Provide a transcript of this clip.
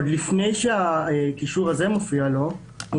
עוד לפני שהקישור הזה מופיע לו הוא